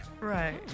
Right